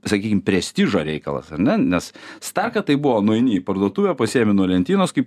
sakykim prestižo reikalas ar ne nes staka tai buvo nueini į parduotuvę pasiėmi nuo lentynos kaip